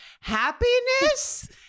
happiness